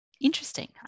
interesting